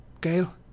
Gail